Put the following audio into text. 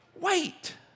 Wait